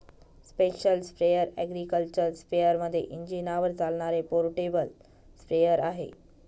special sprayer agriculture स्पेअरमध्ये इंजिनावर चालणारे पोर्टेबल स्प्रेअर आहे